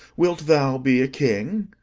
wilt thou be a king?